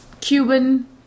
Cuban